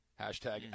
Hashtag